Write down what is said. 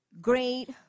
great